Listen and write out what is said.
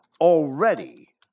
already